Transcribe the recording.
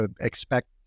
expect